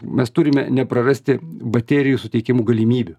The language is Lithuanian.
mes turime neprarasti baterijų suteikiamų galimybių